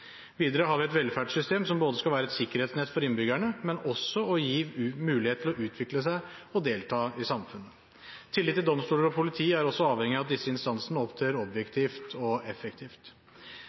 Videre har vi et velferdssystem som skal være et sikkerhetsnett for innbyggerne, men også gi dem mulighet til å utvikle seg og delta i samfunnet. Tillit til domstoler og politi er også avhengig av at disse instansene opptrer objektivt og effektivt.